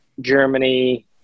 Germany